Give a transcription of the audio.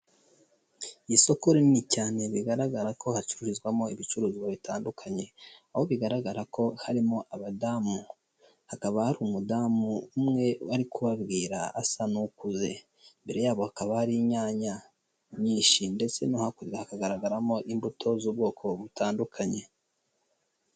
Isoko rinini cyane bigaragara ko hacururizwamo ibicuruzwa bitandukanye, aho bigaragara ko harimo abadamu, hakaba hari umudamu umwe ari kubabwira asa n'ukuze, imbere yabo hakaba hari inyanya nyinshi ndetse no hakurya hakagaragaramo imbuto z'ubwoko butandukanye.